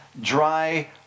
dry